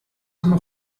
hanno